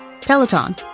Peloton